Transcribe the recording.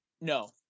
No